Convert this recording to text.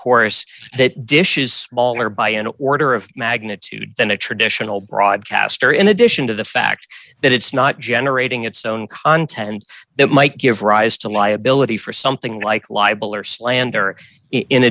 course that dish is smaller by an order of magnitude than a traditional broadcaster in addition to the fact that it's not generating its own content that might give rise to liability for something like libel or slander in